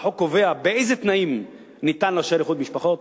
והחוק קובע באילו תנאים ניתן לאשר איחוד משפחות,